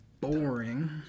boring